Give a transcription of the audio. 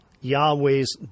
Yahweh's